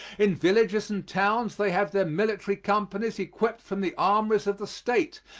in villages and towns they have their military companies equipped from the armories of the state,